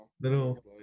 little